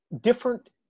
different